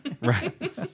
Right